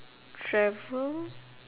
travel